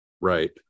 right